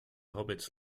hobbits